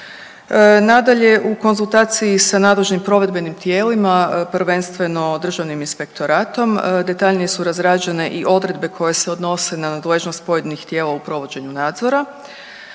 Nadalje, u konzultaciji sa nadležnim provedbenim tijelima, prvenstveno Državnim inspektoratom, detaljnije su razrađene i odredbe koje se odnose na nadležnost pojedinih tijela u provođenju nadzora